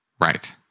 Right